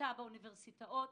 הסתה באוניברסיטאות.